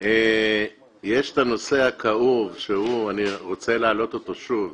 יש נושא כאוב שאני רוצה להעלות אותו שוב,